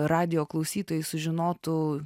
radijo klausytojai sužinotų